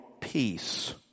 peace